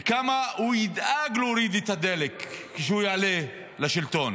וכמה הוא ידאג להוריד את הדלק כשהוא יעלה לשלטון,